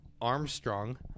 Armstrong